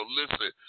listen